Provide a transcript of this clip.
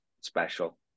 special